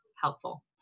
Helpful